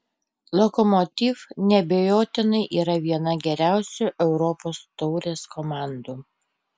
lokomotiv neabejotinai yra viena geriausių europos taurės komandų